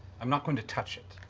i'm not going to touch it.